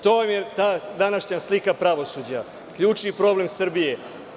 To vam je ta današnja slika pravosuđa, ključni problem Srbije.